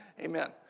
Amen